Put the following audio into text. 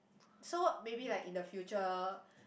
so maybe like in the future